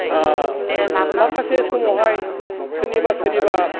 माखासे समावहाय सोरनिबा सोरनिबा